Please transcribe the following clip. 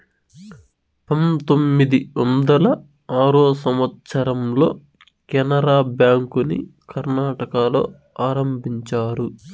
పంతొమ్మిది వందల ఆరో సంవచ్చరంలో కెనరా బ్యాంకుని కర్ణాటకలో ఆరంభించారు